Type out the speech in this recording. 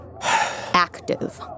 Active